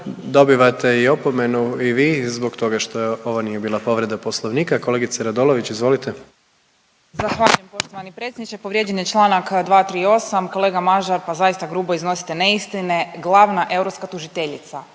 Dobivate i opomenu i vi zbog toga što ovo nije bila povreda Poslovnika. Kolegice Radolović, izvolite. **Radolović, Sanja (SDP)** Zahvaljujem poštovani predsjedniče. Povrijeđen je članak 238. kolega Mažar pa zaista grubo iznosite neistine. Glavna europska tužiteljica